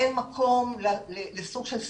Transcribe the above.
אין מקום לסוג של סנקציות,